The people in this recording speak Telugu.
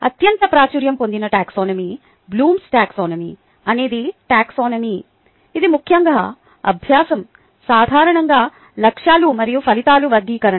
అత్యంత ప్రాచుర్యం పొందిన టాక్సానమీ బ్లూమ్స్ టాక్సానమీBloom's taxonomy అనేది టాక్సానమీ ఇది ముఖ్యంగా అభ్యాసం సాధారణంగా లక్ష్యాలు మరియు ఫలితాల వర్గీకరణ